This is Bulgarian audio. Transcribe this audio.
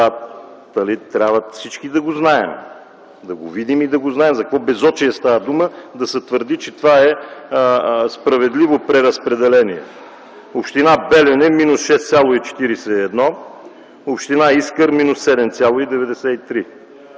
трябва да го знаем. Да го видим и да знаем за какво безочие става дума да се твърди, че това е справедливо преразпределение. Община Белене – минус 6,41; община „Искър” – минус 7,93.